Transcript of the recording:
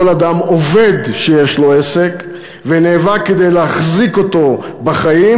כל אדם עובד שיש לו עסק ונאבק כדי להחזיק אותו בחיים,